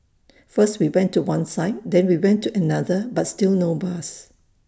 first we went to one side then we went to another but still no bus